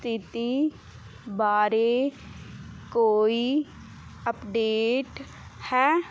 ਸਥਿਤੀ ਬਾਰੇ ਕੋਈ ਅਪਡੇਟ ਹੈ